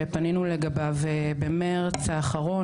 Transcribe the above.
שפנינו לגביו במרץ האחרון,